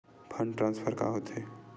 Fund transfer का होथे?